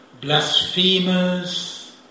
blasphemers